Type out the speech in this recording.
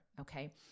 Okay